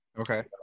okay